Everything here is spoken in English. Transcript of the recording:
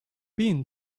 been